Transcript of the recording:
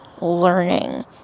learning